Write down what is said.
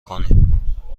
کنیم